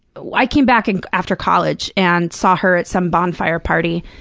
i came back and after college and saw her at some bonfire party.